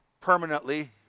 Permanently